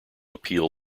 appeal